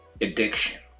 addiction